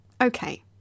Okay